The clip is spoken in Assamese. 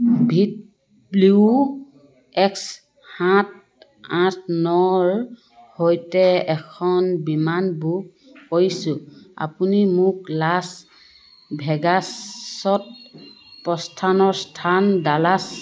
ভি ডব্লিউ এক্স সাত আঠ নৰ সৈতে এখন বিমান বুক কৰিছোঁ আপুনি মোক লাছ ভেগাছত প্ৰস্থানৰ স্থান ডালাছ